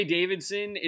Davidson